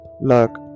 look